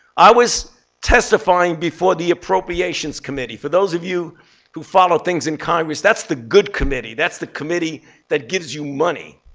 i was testifying before the appropriations committee. for those of you who follow things in congress, that's the good committee. that's the committee that gives you money.